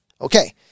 Okay